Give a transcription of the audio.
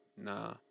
nah